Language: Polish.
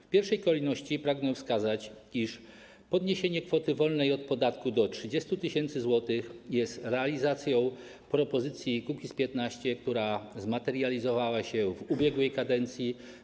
W pierwszej kolejności pragnę wskazać, iż podniesienie kwoty wolnej od podatku do 30 tys. zł jest realizacją propozycji Kukiz’15, która zmaterializowała się w ubiegłej kadencji.